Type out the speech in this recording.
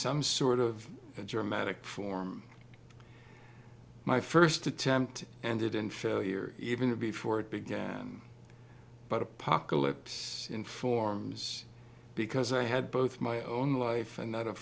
some sort of germanic form my first attempt ended in failure even before it began but apocalypse informs because i had both my own life and